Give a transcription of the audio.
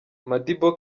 modibo